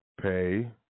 pay